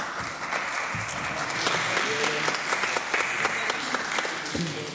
(מחיאות כפיים)